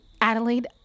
Adelaide